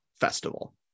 festival